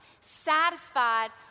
satisfied